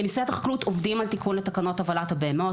משרד החקלאות עובדים על תיקון לתקנות הובלת הבהמות,